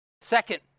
Second